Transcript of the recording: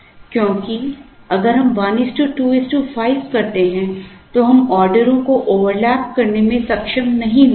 क्योंकि अगर हम 125 करते हैं तो हम ऑर्डरों को ओवरलैप करने में सक्षम नहीं होंगे